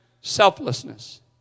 selflessness